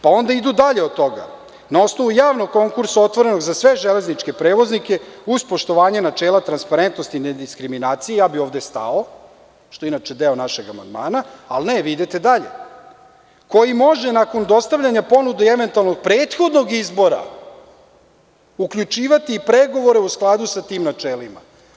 Pa, onda idu dalje od toga - Na osnovu javnog konkursa otvorenog za sve železničke prevoznike, uz poštovanje načela transparentnosti i nediskriminacije ja bih ovde stao, što je inače i deo našeg amandmana, ali ne, vi idete dalje - Koji može nakon dostavljanja ponude i eventualnog prethodnog izbora uključivati pregovore u skladu sa tim načelima.